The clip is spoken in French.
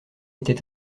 était